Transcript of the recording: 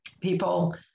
people